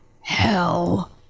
hell